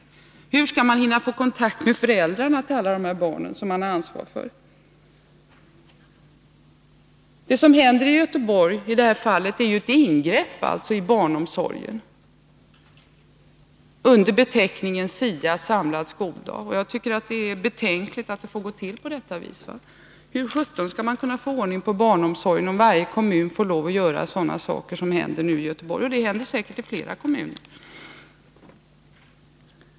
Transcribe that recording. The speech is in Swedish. Och hur skall man hinna få kontakt med föräldrarna till alla dessa barn, som man har ansvar för? Det som nu händer i Göteborg är ett ingrepp i barnomsorgen under beteckningen SIA, samlad skoldag. Jag tycker att det är betänkligt att det får gå till på detta vis. Hur skall man kunna få ordriing på barnomsorgen om varje kommun får lov att göra sådana saker som man nu gör i Göteborg? Och det händer säkert i flera kommuner.